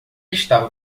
estava